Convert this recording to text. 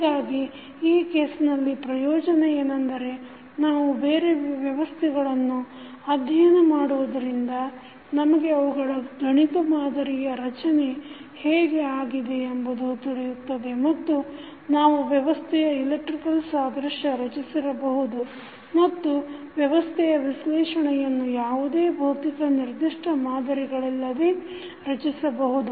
ಹೀಗಾಗಿ ಈ ಕೇಸ್ನಲ್ಲಿ ಪ್ರಯೋಜನ ಏನೆಂದರೆ ನಾವು ಬೇರೆ ವ್ಯವಸ್ಥೆಗಳನ್ನು ಅಧ್ಯಯನ ಮಾಡುವುದರಿಂದ ನಮಗೆ ಅವುಗಳ ಗಣಿತ ಮಾದರಿಯ ರಚನೆ ಹೇಗೆ ಆಗಿದೆ ಎಂಬುದು ತಿಳಿಯುತ್ತದೆ ಮತ್ತು ನಾವು ವ್ಯವಸ್ಥೆಯ ಇಲೆಕ್ಟ್ರಿಕಲ್ ಸಾದೃಶ್ಯ ರಚಿಸಬಹುದುಮತ್ತು ವ್ಯವಸ್ಥೆಯ ವಿಶ್ಲೇಷಣೆಯನ್ನು ಯಾವುದೇ ಭೌತಿಕ ನಿರ್ಧಿಷ್ಟ ಮಾದರಿಗಳಿಲ್ಲದೆ ರಚಿಸಬಹುದು